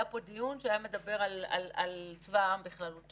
היה פה דיון על צבא העם בכללותו,